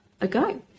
ago